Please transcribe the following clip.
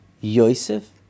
Yosef